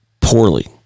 poorly